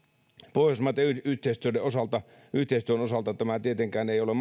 pohjoismaitten yhteistyön osalta yhteistyön osalta tämä tietenkään ei ole